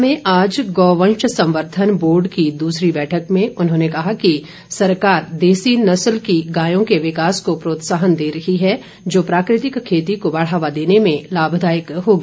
शिमला में आज गौवंश संवर्द्वन बोर्ड की दूसरी बैठक में उन्होंने कहा कि सरकार देसी नस्ल की गायों के विकास को प्रोत्साहन दे रही है जो प्राकृतिक खेती को बढ़ावा देने में लाभदायक होगी